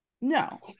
no